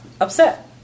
upset